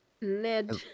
Ned